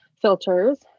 filters